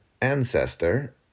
ancestor